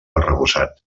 arrebossat